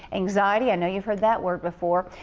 anxiety. i know you've heard that word before.